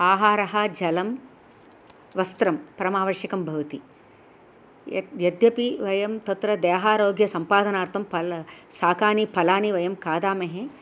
आहारः जलं वस्त्रं परमावश्यकं भवति यत् यद्यपि वयं तत्र देहारोग्यसम्पादनार्थं फल शाकानि फलानि वयं खादामः